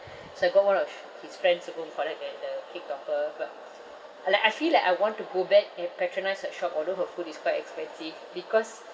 so I got one of his friends to go and collect that the cake topper but uh like I feel like I want to go back and patronise her shop although her food is quite expensive because